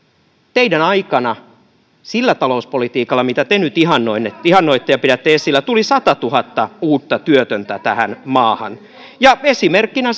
teidän aikananne sillä talouspolitiikalla mitä te nyt ihannoitte ja pidätte esille tuli satatuhatta uutta työtöntä tähän maahan ja esimerkkinä